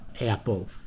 Apple